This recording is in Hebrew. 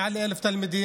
מעל 1,000 תלמידים.